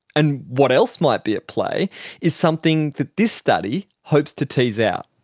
and what else might be at play is something that this study hopes to tease out.